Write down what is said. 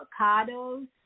avocados